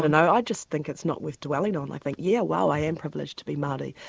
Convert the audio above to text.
and i i just think it's not worth dwelling on, i think yeah well i am privileged to be maori,